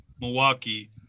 Milwaukee